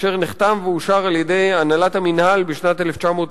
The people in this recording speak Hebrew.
אשר נחתם ואושר על-ידי הנהלת המינהל בשנת 1996: